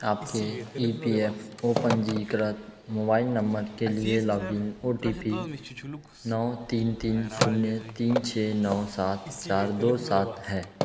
आपके E P F O पंजीकृत mobile number के लिए लॉगिन ओ टी पी नौ तीन तीन शून्य तीन छः नौ सात चार दो सात है